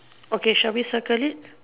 no shall we circle it